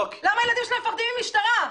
למה הילדים שלה פוחדים מהמשטרה,